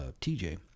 TJ